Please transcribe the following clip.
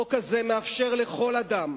החוק הזה מאפשר לכל אדם,